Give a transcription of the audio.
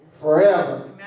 forever